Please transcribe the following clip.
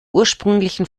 ursprünglichen